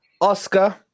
Oscar